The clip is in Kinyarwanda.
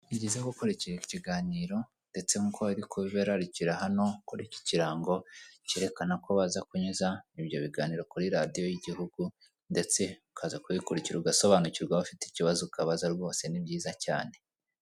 Ni byiza gukurikira iki kiganiro, ndetse nk'uko bari kubibararikira hano kuri iki kirango cyerekana ko baza kunyuza ibyo biganiro kuri radiyo y'igihugu, ndetse ukaza kubikurikira ugasobanukirwa waba ufite ikibazo ukabaza rwose ni byiza cyane.